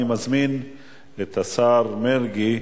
אני מזמין את השר מרגי,